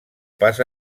pas